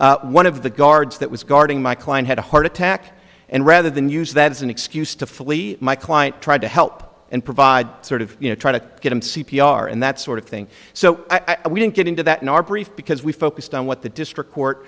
where one of the guards that was guarding my client had a heart attack and rather than use that as an excuse to flee my client tried to help and provide sort of you know try to get him c p r and that sort of thing so i wouldn't get into that in our brief because we focused on what the district court